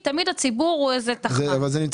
רגע, זה לא מה שדיברנו.